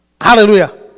Hallelujah